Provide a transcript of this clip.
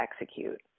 execute